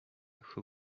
who